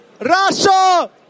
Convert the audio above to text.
Russia